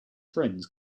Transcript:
friends